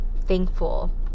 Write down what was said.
thankful